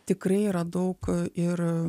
tikrai yra daug ir